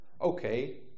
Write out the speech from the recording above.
okay